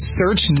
search